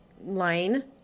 line